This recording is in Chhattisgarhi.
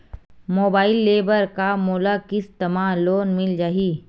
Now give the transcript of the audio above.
मोबाइल ले बर का मोला किस्त मा लोन मिल जाही?